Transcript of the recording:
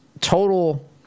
total